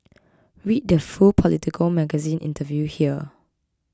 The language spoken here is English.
read the full Politico Magazine interview here